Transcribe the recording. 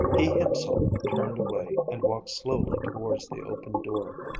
he himself turned away and walked slowly towards the open door.